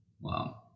Wow